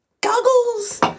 goggles